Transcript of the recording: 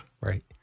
Right